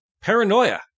Paranoia